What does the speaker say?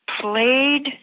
played